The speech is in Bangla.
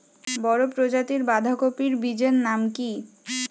বড় প্রজাতীর বাঁধাকপির বীজের নাম কি?